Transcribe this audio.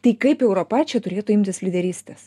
tai kaip europa čia turėtų imtis lyderystės